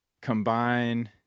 combine